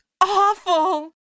awful